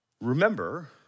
Remember